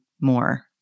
more